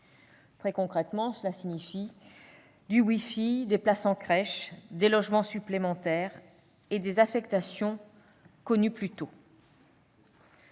Très concrètement, cela signifie du wifi, des places en crèche, des logements supplémentaires et des affectations connues plus tôt